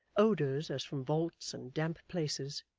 odours, as from vaults and damp places,